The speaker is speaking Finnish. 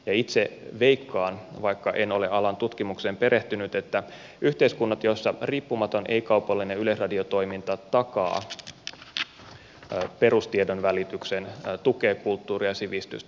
itse veikkaan vaikka en ole alan tutkimukseen perehtynyt että yhteiskunnat joissa riippumaton ei kaupallinen yleisradiotoiminta takaa perustiedonvälityksen tukevat kulttuuria ja sivistystä